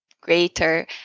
greater